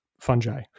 fungi